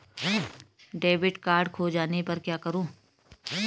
Debit card खो जाने पर क्या करूँ?